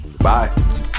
bye